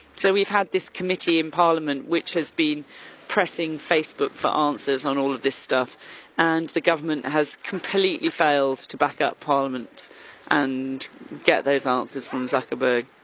so we've had this committee in parliament, which has been pressing facebook for answers on all of this stuff and the government has completely failed to backup parliament and get those answers from zuckerberg.